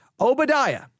Obadiah